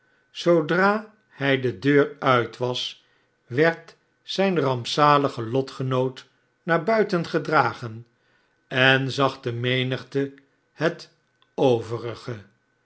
zoodra hij de deur uit was werd zijn rampzalige lotgenoot naar buiten gedragen en zag de menigte het